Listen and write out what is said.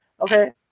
Okay